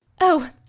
Oh